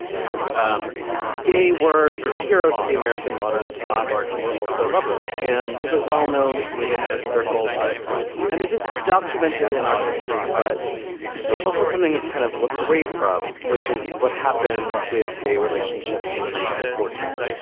how um they were sort of heroes of the american modernist avant garde who were also lovers. and it was well-known within their circle. but and it is documented in art history. but it's also something that's kind of looked away from, from, which is what happened with gay relationships in the nineteen forty s.